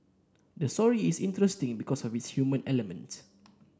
the story is interesting because of its human element